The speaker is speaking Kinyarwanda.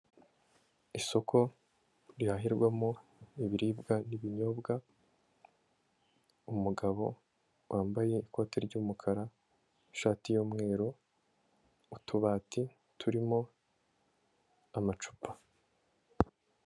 Isoko rihahirwamo ibiribwa n'ibinyobwa, umugabo wambaye ikoti ry'umukara, ishati y'umweru, utubati turimo amacupa.